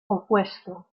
opuesto